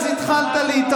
תספר למה פיטרת אותו.